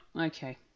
Okay